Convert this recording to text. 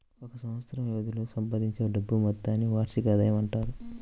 ఒక సంవత్సరం వ్యవధిలో సంపాదించే డబ్బు మొత్తాన్ని వార్షిక ఆదాయం అంటారు